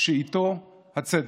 שאיתו הצדק.